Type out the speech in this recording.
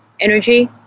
energy